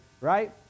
right